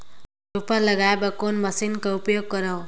रोपा लगाय बर कोन मशीन कर उपयोग करव?